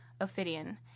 Ophidian